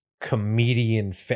comedian